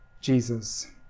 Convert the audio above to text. jesus